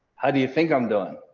how do you think i'm doing?